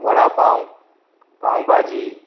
vada pav pav bhaji